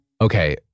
Okay